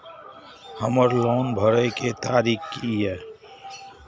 हमर लोन भरय के तारीख की ये?